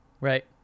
Right